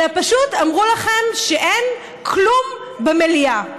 אלא פשוט אמרו לכם שאין כלום במליאה.